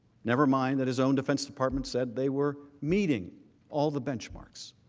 nevermind that his own defense department said they were meeting all of the benchmarks.